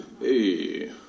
hey